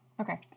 Okay